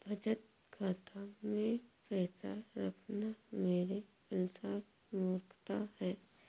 बचत खाता मैं पैसा रखना मेरे अनुसार मूर्खता है